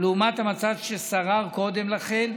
לעומת המצב ששרר קודם לכן,